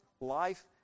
life